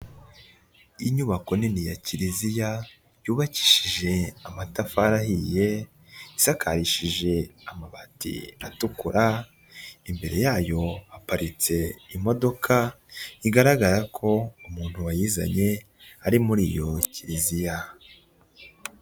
Inyubako nini ya Kiliziya yubakishije amatafari ahiye, isakarishije amabati atukura. Imbere yayo haparitse imodoka bigaragara ko umuntu wayizanye ari muri iyo Kiliziya.